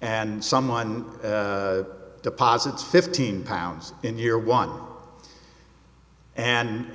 and someone deposits fifteen pounds in year one and